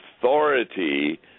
authority